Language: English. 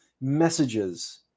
messages